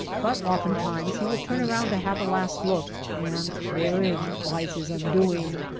but oftentimes he will turn around to have a last look, and therein lies his undoing.